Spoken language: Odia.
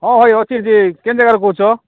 ହଁ ଭାଇ ଅଛି ଯେ କେନ୍ ଜାଗାରୁ କହୁଛ